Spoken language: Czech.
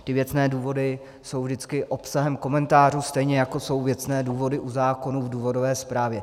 Ty věcné důvody jsou vždycky obsahem komentářů, stejně jako jsou věcné důvody u zákonů v důvodové zprávě.